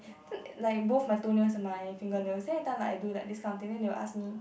like both my toenails and my fingernails they everytime like I do like this kind of thing then they will ask me